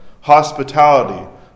hospitality